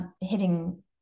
hitting